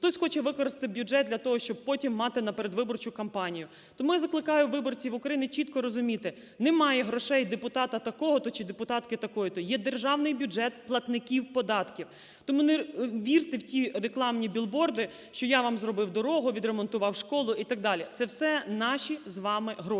Хтось хоче використати бюджет для того, щоб потім мати на передвиборчу кампанію. Тому я закликаю виборців України чітко розуміти: немає грошей депутата такого-то чи депутатки такої-то, є державний бюджет платників податків. Тому не вірте в ті рекламні білборди, що "я вам зробив дорогу, відремонтував школу" і так далі, це все наші з вами гроші.